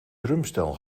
drumstel